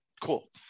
Cool